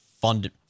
funded—